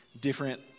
different